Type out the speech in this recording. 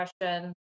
question